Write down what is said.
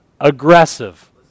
Aggressive